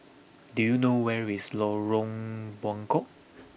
do you know where is Lorong Buangkok